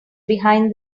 behind